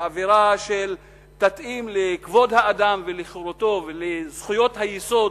לאווירה שתתאים לכבוד האדם וחירותו ולזכויות היסוד,